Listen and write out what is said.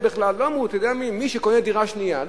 לא אמרו: אתה יודע מה, מי שקונה דירה שנייה.